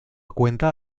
cuenta